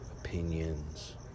opinions